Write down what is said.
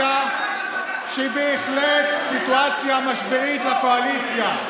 סיטואציה שהיא בהחלט סיטואציה משברית לקואליציה.